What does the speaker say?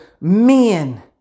men